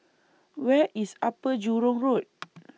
Where IS Upper Jurong Road